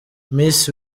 miss